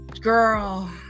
Girl